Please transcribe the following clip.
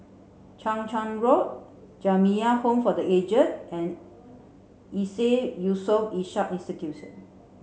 Chang Charn Road Jamiyah Home for the Aged and ISEAS Yusof Ishak Institute